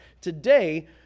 Today